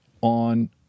on